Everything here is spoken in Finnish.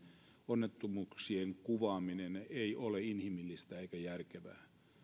onnettomuuksien kuvaaminen ei ole inhimillistä eikä järkevää